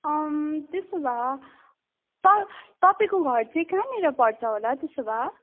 त्यसो भए त तपाईँको घर चाहिँ कहाँनिर पर्छ होला त्यसो भए